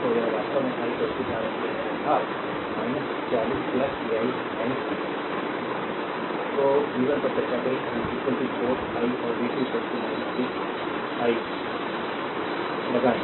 तो यह वास्तव में i 4 एम्पियर है अर्थात 40 v 1 v 2 संदर्भ स्लाइड टाइम 0422 तो v 1 पर चर्चा करें 4 i और v 2 6 i लगाएं